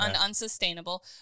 Unsustainable